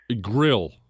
grill